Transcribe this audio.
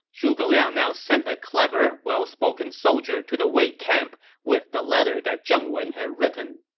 zhuge liang now sent a clever, well-spoken soldier to the wei camp with the letter that zheng wen had written.